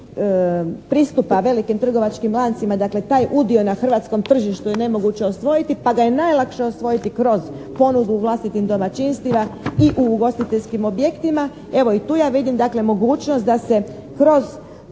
pristupa velikim trgovačkim lancima. Dakle, taj udio na hrvatskom tržištu je nemoguće osvojiti pa ga je najlakše osvojiti kroz ponudu vlastitim domaćinstvima i u ugostiteljskim objektima. Evo i tu ja vidim dakle mogućnost da se kroz